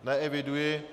Neeviduji.